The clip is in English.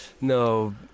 No